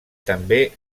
també